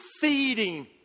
feeding